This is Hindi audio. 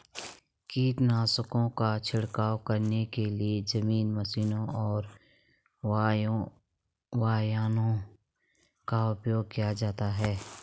कीटनाशकों का छिड़काव करने के लिए जमीनी मशीनों और वायुयानों का उपयोग किया जाता है